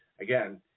Again